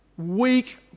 Weak